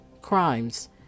CRIMES